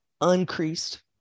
uncreased